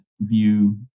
view